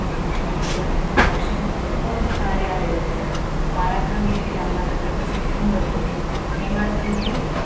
एवञ्च शिल्पकार्यालयः बाराखाम्बि इति नाम्ना तत्र प्रसिद्धं वर्तते हेमाड्पन्थि